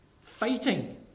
fighting